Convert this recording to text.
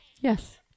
Yes